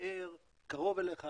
באר קרוב אליך,